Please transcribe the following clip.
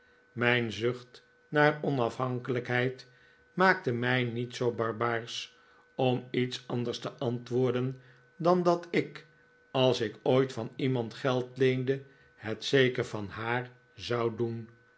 mijn zucht naar onafhankelijkheid maakte mij niet zoo barbaarsch om iets anders te antwoorden dan dat ik als ik ooit van iemand geld leende het zeker van haar zou doen